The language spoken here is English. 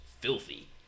filthy